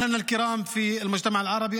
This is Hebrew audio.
(אומר דברים בשפה הערבית,